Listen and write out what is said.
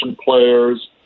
players